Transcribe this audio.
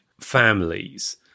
families